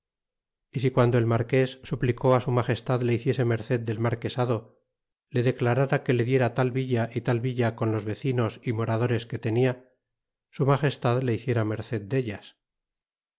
y si guando el marques suplicó á su magestad le hiciese merced del marquesado le declarara que le diera tal villa y tal villa con los vecinos y moradores que tenia su mageslad le hiciera merced dellas